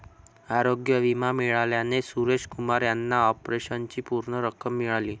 आरोग्य विमा मिळाल्याने सुरेश कुमार यांना ऑपरेशनची पूर्ण रक्कम मिळाली